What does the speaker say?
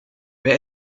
wer